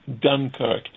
Dunkirk